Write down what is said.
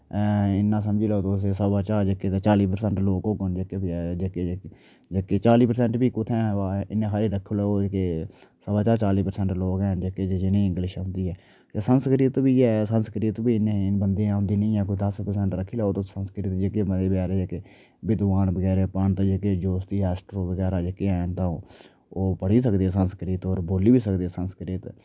इन्ना समझी लाओ तुस सवा चा ते जेह्के चाली परसेंट लोक होगन जेह्के बेचारे जेह्के जेह्के चाली परसेंट बी कुत्थें इन्ने हारे रक्खुड़ो जेह्के सवा चा चाली परसेंट लोक हैन जेह्के जिनेगी इंग्लिश आंदी ऐ ते संस्कृत बी ऐ संस्कृत बी इन्ने बंदे औंदी निं ऐ कोई दस परसेंट रक्खी लाओ तुस संस्कृत जेह्के बिद्वान वगैरा पंत जेह्के जोतशी बगैरा ओह् ऐस्ट्रो बगैरा जेह्के हैन ते ओह् ओह् पढ़ी बी सकदे संस्कृत और बोली बी सकदे संस्कृत